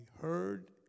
heard